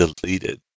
deleted